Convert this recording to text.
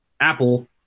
Apple